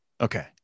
Okay